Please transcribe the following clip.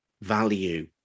value